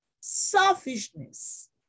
selfishness